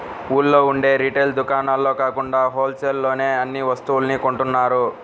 ఊళ్ళో ఉండే రిటైల్ దుకాణాల్లో కాకుండా హోల్ సేల్ లోనే అన్ని వస్తువుల్ని కొంటున్నారు